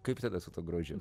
kaip tada su tuo grožiu